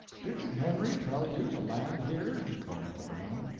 didn't henry tell you to land here? he called to brown.